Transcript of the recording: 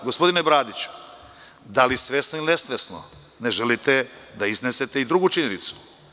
Gospodine Bradiću, da li svesno ili nesvesno, ne želite da iznesete i drugu činjenicu.